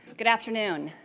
good afternoon.